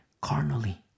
carnally